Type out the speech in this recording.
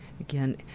Again